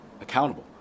accountable